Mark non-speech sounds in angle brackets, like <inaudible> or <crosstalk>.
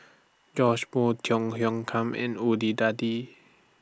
Joash Moo Tiong Khiam in <unintelligible>